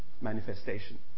manifestation